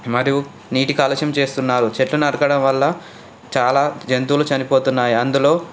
మరియు నీటి కాలుష్యం చేస్తున్నారు చెట్లు నరకడం వల్ల చాలా జంతువులు చనిపోతు ఉన్నాయి అందులో